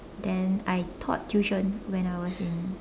then I taught tuition when I was in